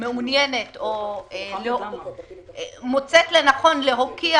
מעוניינת או מוצאת לנכון להוקיע.